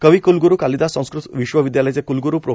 कविकलगरू कालिदास संस्कृत विश्वविदयालयाचे कलगरू प्रो